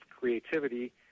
creativity